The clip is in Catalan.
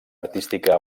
artística